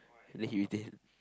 then he retain